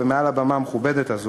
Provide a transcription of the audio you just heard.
מעל הבמה המכובדת הזאת,